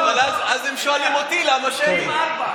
הם שואלים אותי למה שמית.